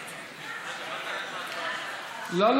לא.